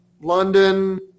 London